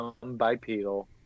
bipedal